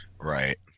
Right